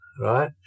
right